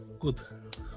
good